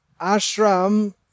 ashram